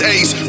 Ace